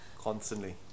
constantly